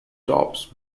tops